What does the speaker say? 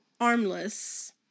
armless